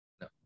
No